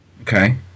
okay